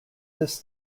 this